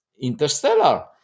interstellar